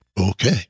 Okay